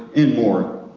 and more,